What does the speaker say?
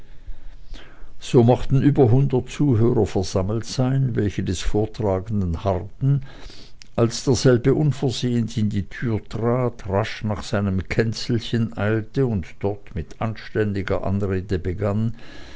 so mochten über hundert zuhörer versammelt sein welche des vortragenden harrten als derselbe unversehens in die türe trat rasch nach seinem känzelchen eilte und dort mit anständiger anrede begann